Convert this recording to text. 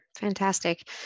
fantastic